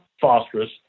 phosphorus